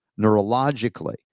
neurologically